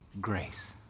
Grace